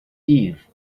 eve